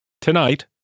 tonight